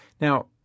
Now